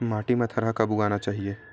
माटी मा थरहा कब उगाना चाहिए?